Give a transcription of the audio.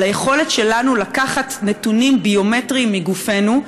על היכולת שלנו לקחת נתונים ביומטריים מגופנו,